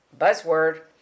buzzword